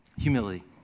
Humility